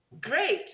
Great